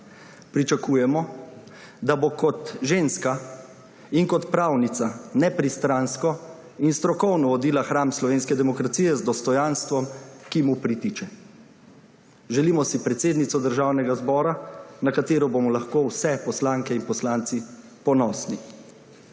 Pričakujemo, da bo kot ženska in kot pravnica nepristransko in strokovno vodila hram slovenske demokracije z dostojanstvom, ki mu pritiče. Želimo si predsednico Državnega zbora, na katero bomo lahko vsi poslanke in poslanci ponosni.